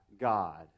God